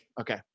Okay